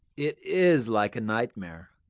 it is like a nightmare.